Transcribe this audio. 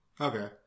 Okay